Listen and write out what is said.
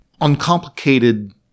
uncomplicated